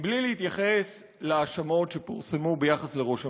מבלי להתייחס להאשמות שפורסמו ביחס לראש הממשלה.